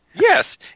Yes